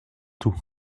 tout